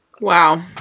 Wow